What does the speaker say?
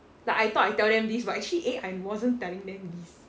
like I thought I tell them this but actually eh I wasn't telling this